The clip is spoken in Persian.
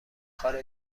کار